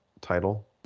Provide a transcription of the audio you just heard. title